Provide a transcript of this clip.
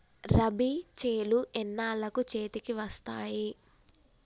రబీ చేలు ఎన్నాళ్ళకు చేతికి వస్తాయి?